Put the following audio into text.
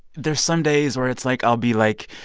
there are some days where it's like i'll be, like,